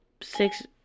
six